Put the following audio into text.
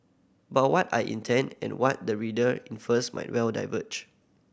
but what I intend and what the reader infers might well diverge